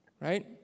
Right